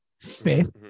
Fifth